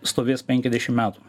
stovės penkiadešim metų